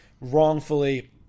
wrongfully